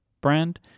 brand